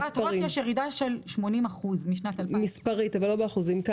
בחברת הוט יש ירידה של 80% משנת 2000. מספרית,